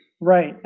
Right